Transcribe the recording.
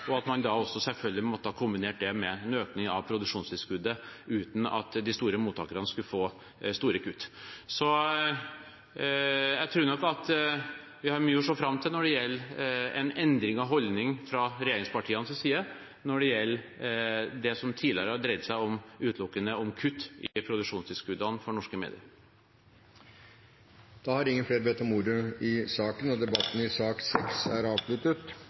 økning av produksjonstilskuddet – uten at de store mottakerne skulle få store kutt. Jeg tror nok vi har mye å se fram til av endring i holdning fra regjeringspartienes side når det gjelder det som tidligere utelukkende har dreid seg om kutt i produksjonstilskuddene til norske medier. Flere har ikke bedt om ordet til sak nr. 6. Norsk vårgytande sild, såkalla NVG-sild, er Noregs viktigaste pelagiske ressurs. Eg registrerer no at forskarar og fiskarar ikkje er einige om bestandsstorleiken for denne viktige pelagiske fiskeressursen. Fiskarane meiner at bestanden er